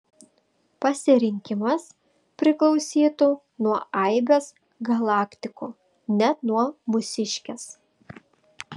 pasirinkimas priklausytų nuo aibės galaktikų net nuo mūsiškės